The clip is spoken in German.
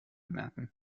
merken